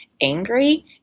angry